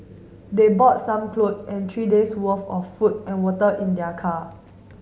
they brought some clothes and three days worth of food and water in their car